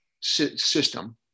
system